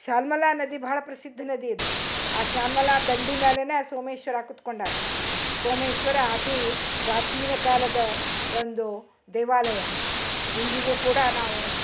ಶಾಲ್ಮಲ ನದಿ ಬಹಳ ಪ್ರಸಿದ್ಧ ನದಿ ಇದು ಆ ಶಾಲ್ಮಲ ದಂಡಿ ಮ್ಯಾಲೇನೆ ಆ ಸೋಮೇಶ್ವರ ಕುತ್ಕೊಂಡಾನ ಸೋಮೇಶ್ವರ ಅತೀ ಪ್ರಾಚೀನ ಕಾಲದ ಒಂದು ದೇವಾಲಯ ಇಂದಿಗು ಕೂಡ ನಾವು